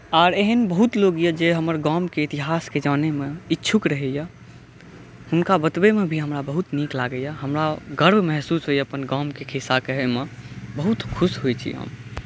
आर एहन बहुत लोग यऽ जे हमर गामके इतिहासके जानै मे इच्छुक रहैया हुनका बतबै मे भी हमरा बहुत नीक लागैया हमरा गर्व महसूस होइया अपन गामके खिस्सा कहै मे बहुत खुश होइ छी हम